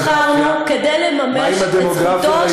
אנחנו נבחרנו, מה עם הדמוגרפיה וההיפרדות?